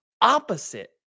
opposite